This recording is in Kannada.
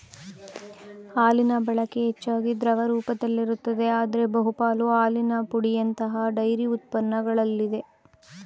ಹಾಲಿನಬಳಕೆ ಹೆಚ್ಚಾಗಿ ದ್ರವ ರೂಪದಲ್ಲಿರುತ್ತದೆ ಆದ್ರೆ ಬಹುಪಾಲು ಹಾಲಿನ ಪುಡಿಯಂತಹ ಡೈರಿ ಉತ್ಪನ್ನಗಳಲ್ಲಿದೆ